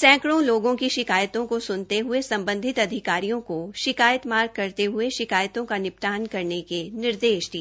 सैकड़ों लोगों की शिकायतों को सुनते हुए सम्बधिंत अधिकारियों को शिकायत मार्क करते हए शिकायतों का निपटान करने के निर्देश दिए